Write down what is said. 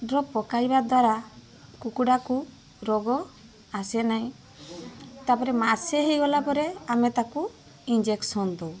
drop ପକାଇବା ଦ୍ୱାରା କୁକୁଡ଼ାକୁ ରୋଗ ଆସେ ନାହିଁ ତାପରେ ମାସେ ହେଇଗଲା ପରେ ଆମେ ତାକୁ ଇଞ୍ଜେକ୍ସନ୍ ଦଉ